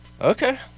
Okay